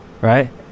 right